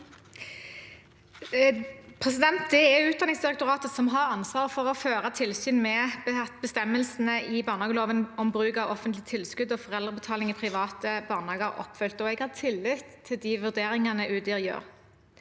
Det er Ut- danningsdirektoratet som har ansvar for å føre tilsyn med at bestemmelsene i barnehageloven om bruk av offentlige tilskudd og foreldrebetaling i private barnehager er oppfylt, og jeg har tillit til de vurderingene Udir gjør.